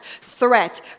threat